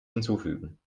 hinzufügen